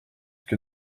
que